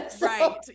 right